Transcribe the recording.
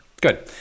Good